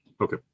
Okay